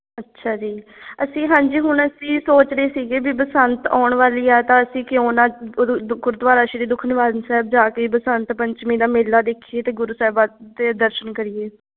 ਅੱਛਾ ਜੀ ਅਸੀਂ ਹਾਂਜੀ ਹੁਣ ਅਸੀਂ ਸੋਚ ਰਹੇ ਸੀਗੇ ਵੀ ਬਸੰਤ ਆਉਣ ਵਾਲੀ ਆ ਤਾਂ ਅਸੀਂ ਕਿਉਂ ਨਾ ਗੁਰਦੁ ਗੁਰਦੁਆਰਾ ਸ਼੍ਰੀ ਦੁਖਨਿਵਾਰਨ ਸਾਹਿਬ ਜਾ ਕੇ ਬਸੰਤ ਪੰਚਮੀ ਦਾ ਮੇਲਾ ਦੇਖੀਏ ਅਤੇ ਗੁਰੂ ਸਾਹਿਬਾਂ ਦੇ ਦਰਸ਼ਨ ਕਰੀਏ